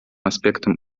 аспектом